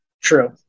True